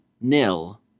nil